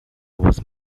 was